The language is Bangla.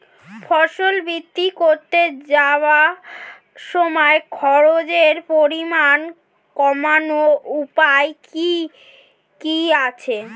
ফসল বিক্রি করতে যাওয়ার সময় খরচের পরিমাণ কমানোর উপায় কি কি আছে?